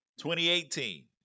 2018